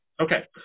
Okay